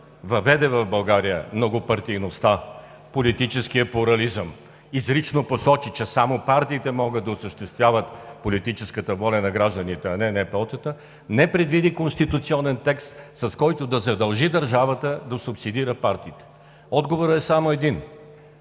въведе в България многопартийността, политическия плурализъм, изрично посочи, че само партиите могат да осъществяват политическата воля на гражданите, а не НПО-тата – не предвиди конституционен текст, с който да задължи държавата да субсидира партиите? Отговорът е само един